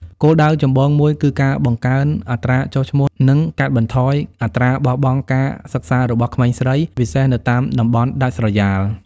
គោលដៅចម្បងមួយគឺការបង្កើនអត្រាចុះឈ្មោះ និងកាត់បន្ថយអត្រាបោះបង់ការសិក្សារបស់ក្មេងស្រី ពិសេសនៅតាមតំបន់ដាច់ស្រយាល។